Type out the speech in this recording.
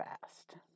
fast